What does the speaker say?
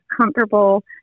comfortable